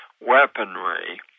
weaponry